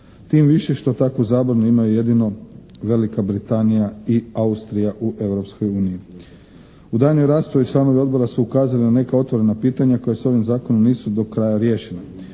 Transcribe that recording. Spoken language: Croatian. tim više što takvu zabranu imaju jedino Velika Britanija i Austrija u Europskoj uniji. U daljnjoj raspravi članovi odbora su ukazali na neka otvorena pitanja koja se ovim zakonom nisu do kraja riješena.